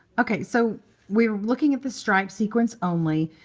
ok. so we're looking at the striped sequence only.